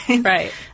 Right